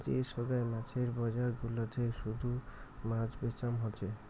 যে সোগায় মাছের বজার গুলাতে শুধু মাছ বেচাম হসে